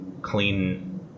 clean